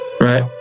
right